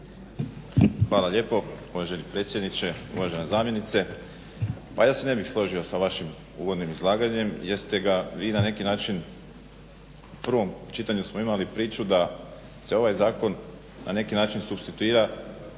Hvala lijepo. Uvaženi predsjedniče, uvažena zamjenice pa ja se ne bih složio sa vašim uvodnim izlaganjem, jer ste ga vi na neki način u prvom čitanju smo imali priču da se ovaj zakon na neki način supstituira